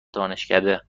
دانشکده